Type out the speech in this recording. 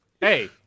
Hey